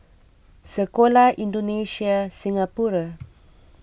Sekolah Indonesia Singapura